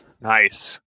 Nice